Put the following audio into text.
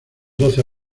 doce